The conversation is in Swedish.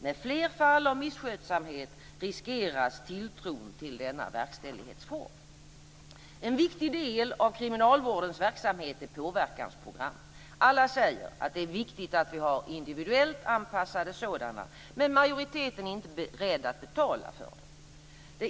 Med fler fall av misskötsamhet riskeras tilltron till denna verkställighetsform. En viktig del av kriminalvårdens verksamhet är påverkansprogram. Alla säger att det är viktigt att vi har individuellt anpassade sådana, men majoriteten är inte beredd att betala för den.